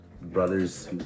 brothers